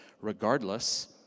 regardless